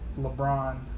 LeBron